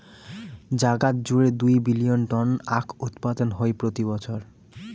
জাগাত জুড়ে দুই বিলীন টন আখউৎপাদন হই প্রতি বছর